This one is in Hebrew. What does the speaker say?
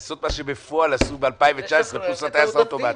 לעשות מה שבפועל עשו ב-2019 פלוס הטייס האוטומטי.